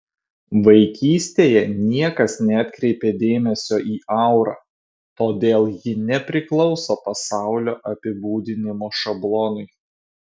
vaikystėje niekas neatkreipė dėmesio į aurą todėl ji nepriklauso pasaulio apibūdinimo šablonui